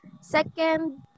Second